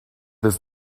this